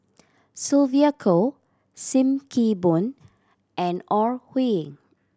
Sylvia Kho Sim Kee Boon and Ore Huiying